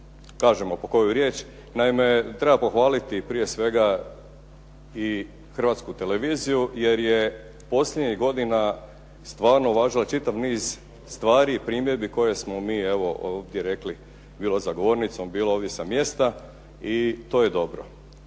kažemo po koju riječ. Naime, treba pohvaliti prije svega i Hrvatsku televiziju, jer je posljednjih godina stvarno uvažila čitav niz stvari i primjedbi koje smo mi evo ovdje rekli bilo za govornicom, bilo sa mjesta i to je dobro.